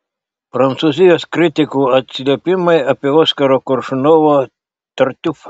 prancūzijos kritikų atsiliepimai apie oskaro koršunovo tartiufą